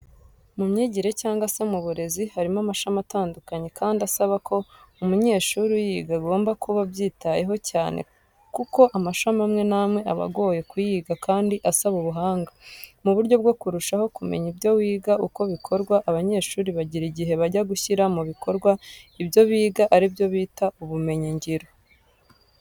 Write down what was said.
Mu myigire cyangwa se mu burezi, harimo amashami atandukanye kandi asaba ko umunyeshuri uyiga agomba kuba abyitayeho cyane kuko amashami amwe namwe aba agoye kuyiga kandi asaba ubuhanga. Mu buryo bwo kurushaho kumenya ibyo wiga uko bikorwa abanyeshuri bagira igihe bajya gushyira mu bikorwa ibyo biga aribyo bita ubumenyi ngiro.